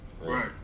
Right